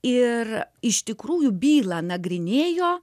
ir iš tikrųjų bylą nagrinėjo